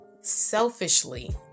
selfishly